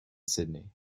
sydney